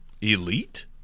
elite